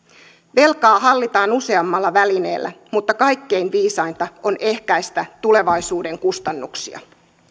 velkaa hallitaan useammalla välineellä mutta kaikkein viisainta on ehkäistä tulevaisuuden kustannuksia